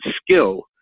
skill